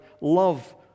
love